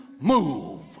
move